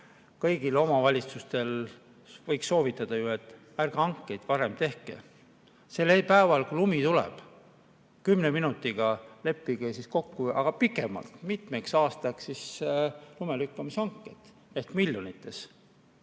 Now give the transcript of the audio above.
Kõigile omavalitsustele võiks soovitada, et ärge hankeid parem tehke. Sellel päeval, kui lumi tuleb, kümne minutiga leppige siis kokku, aga pikemalt, mitmeks aastaks lumelükkamise hanked – miljonites.